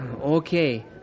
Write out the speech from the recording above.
Okay